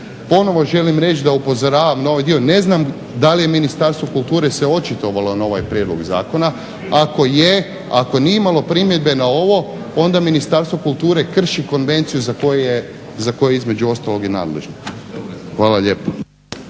Ponovno želim reći da upozoravam na ovaj dio, ne znam da li je Ministarstvo kulture se očitovalo na ovaj prijedlog zakona, ako je, ako nije imalo primjedbe na ovo onda Ministarstvo kulture krši konvenciju za koju je između ostalog i nadležna. Hvala lijepa.